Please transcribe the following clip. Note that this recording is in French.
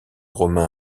romain